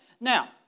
Now